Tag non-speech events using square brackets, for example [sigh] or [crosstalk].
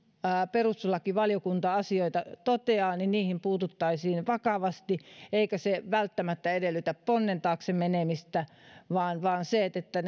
perustuslakivaliokunta asioita toteaa niin niihin puututtaisiin vakavasti eikä se välttämättä edellytä ponnen taakse menemistä vaan vaan sitä että [unintelligible]